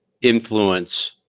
influence